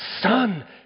son